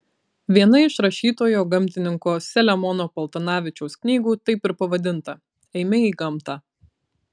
viena iš rašytojo gamtininko selemono paltanavičiaus knygų taip ir pavadinta eime į gamtą